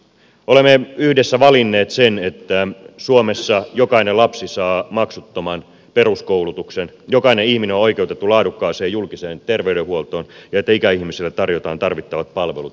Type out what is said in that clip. olemme yhdessä valinneet sen että suomessa jokainen lapsi saa maksuttoman peruskoulutuksen jokainen ihminen on oikeutettu laadukkaaseen julkiseen terveydenhuoltoon ja että ikäihmisille tarjotaan tarvittavat palvelut ja hoiva